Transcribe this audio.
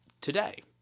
today